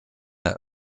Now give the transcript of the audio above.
der